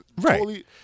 Right